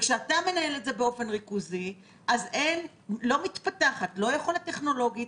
כשאתה מנהל את זה באופן ריכוזי לא מתפתחת יכולת טכנולוגית.